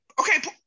Okay